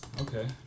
Okay